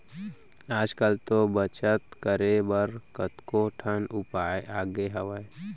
आज कल तो बचत करे बर कतको ठन उपाय आगे हावय